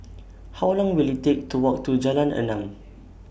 How Long Will IT Take to Walk to Jalan Enam